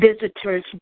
visitors